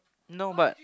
no but